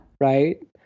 Right